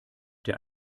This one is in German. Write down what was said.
der